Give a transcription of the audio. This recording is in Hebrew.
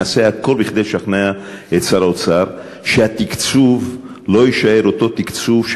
נעשה הכול כדי לשכנע את שר האוצר שהתקצוב לא יישאר אותו תקצוב,